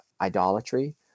idolatry